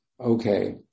Okay